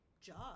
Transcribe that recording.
job